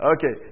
Okay